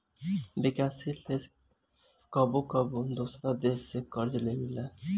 विकासशील देश कबो कबो दोसरा देश से कर्ज लेबेला